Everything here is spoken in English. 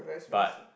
but